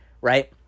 right